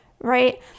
right